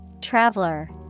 Traveler